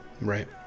Right